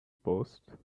post